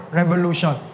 revolution